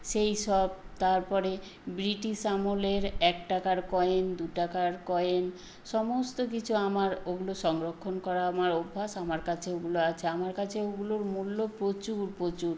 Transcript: সেই সব তারপরে ব্রিটিশ আমলের এক টাকার কয়েন দু টাকার কয়েন সমস্ত কিছু আমার ওগুলো সংরক্ষণ করা আমার অভ্যাস আমার কাছে ওগুলো আছে আমার কাছে ওগুলোর মূল্য প্রচুর প্রচুর